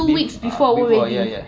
be~ ha before ya ya ya